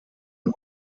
und